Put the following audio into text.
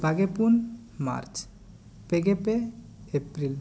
ᱵᱟᱜᱮ ᱯᱩᱱ ᱢᱟᱨᱪ ᱯᱮᱜᱮᱯᱮ ᱮᱯᱨᱤᱞ